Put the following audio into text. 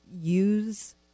use